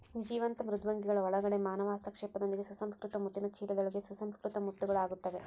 ಜೀವಂತ ಮೃದ್ವಂಗಿಗಳ ಒಳಗಡೆ ಮಾನವ ಹಸ್ತಕ್ಷೇಪದೊಂದಿಗೆ ಸುಸಂಸ್ಕೃತ ಮುತ್ತಿನ ಚೀಲದೊಳಗೆ ಸುಸಂಸ್ಕೃತ ಮುತ್ತುಗಳು ಆಗುತ್ತವೆ